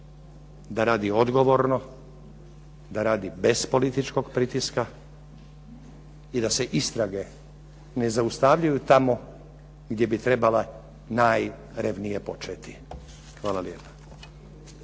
da radi odgovorno, da radi bez političkog pritiska i da se istrage ne zaustavljaju tamo gdje bi trebale najrevnije početi. Hvala lijepa.